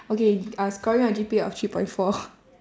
okay uh scoring a G_P_A of three point four